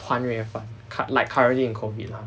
团圆饭 cu~ like currently in COVID lah